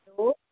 hello